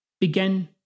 begin